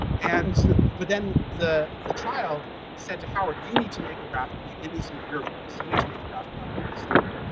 and but then the the child said to howard, you need to make a graphic it needs to be your voice. you need to make the graphic novel of this story.